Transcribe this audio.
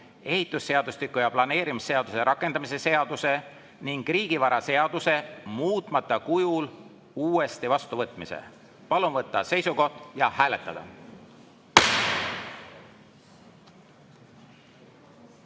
ehitusseadustiku ja planeerimisseaduse rakendamise seaduse ning riigivaraseaduse [muutmise seaduse] muutmata kujul uuesti vastuvõtmise. Palun võtta seisukoht ja hääletada!